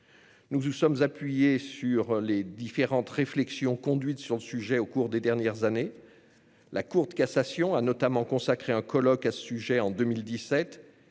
Nous nous sommes appuyés sur les différentes réflexions conduites sur le sujet au cours des dernières années. La Cour de cassation a notamment consacré un colloque à ce sujet en 2017